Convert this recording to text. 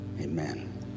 Amen